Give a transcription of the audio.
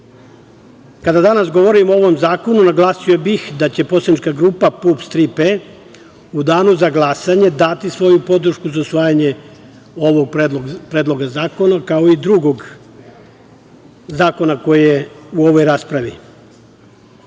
danas govorimo o ovom zakonu, naglasio bih da će poslanička grupa PUPS "Tri P" u danu za glasanje dati svoju podršku za usvajanje ovog Predloga zakona, kao i drugog zakona koji je u ovoj raspravi. Kada